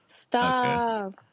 stop